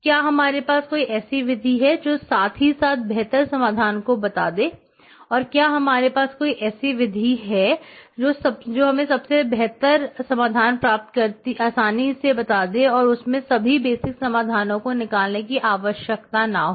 क्या हमारे पास कोई ऐसी विधि है जो साथ ही साथ बेहतर समाधान को बता दे और क्या हमारे पास ऐसी कोई विधि है जो हमें सबसे बेहतर समाधान हो आसानी से बता दे और उसमें सभी संभव बेसिक समाधानओं को निकालने की आवश्यकता ना हो